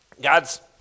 God's